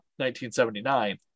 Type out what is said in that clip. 1979